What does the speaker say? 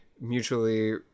mutually